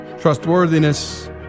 trustworthiness